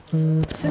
ah